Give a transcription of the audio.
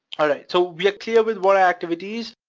alright. so we are clear with what are activities,